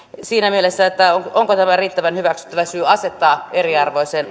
siinä mielessä että onko tämä riittävän hyväksyttävä syy asettaa yksi ryhmä eriarvoiseen